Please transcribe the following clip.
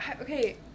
okay